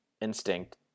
instinct